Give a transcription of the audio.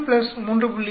3 3